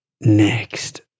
next